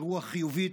ברוח חיובית,